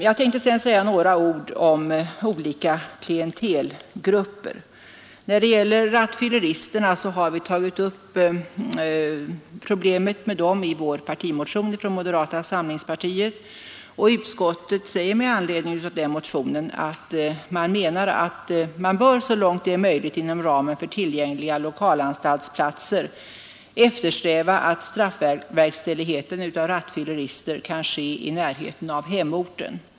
Jag tänkte sedan säga några ord om olika klientelgrupper. Moderata samlingspartiet har i en partimotion tagit upp frågan om rattfylleristerna, och utskottet säger med anledning av denna motion, att man så långt möjligt inom ramen för tillgängliga lokalanstaltsplatser bör eftersträva att straffverkställighet kan ske i närheten av hemorten.